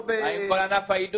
מה עם כל ענף האידוי?